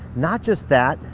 not just that,